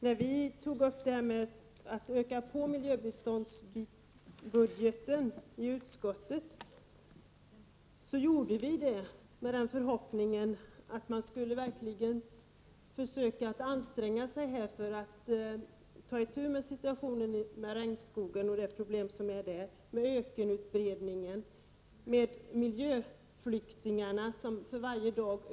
När vi i miljöpartiet i utskottet tog upp frågan om att öka på anslaget till miljöbistånd i budgeten gjorde vi det med den förhoppningen att man verkligen skulle anstränga sig för att ta itu med problemen när det gäller regnskogen och med ökenutbredningen och med miljöflyktingarna som ökar för varje dag.